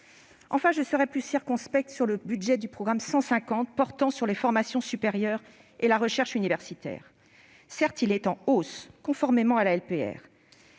Enfin, je serai plus circonspecte sur le budget du programme 150 portant sur les formations supérieures et la recherche universitaire. Certes, il est en hausse, conformément à la LPR.